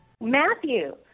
Matthew